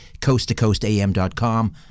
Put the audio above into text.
coasttocoastam.com